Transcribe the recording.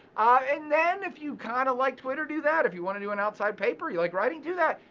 and then if you kind of like twitter, do that. if you wanna do an outside paper, you like writing, do that.